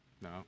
No